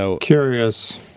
Curious